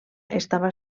estava